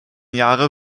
jahre